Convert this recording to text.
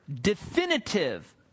definitive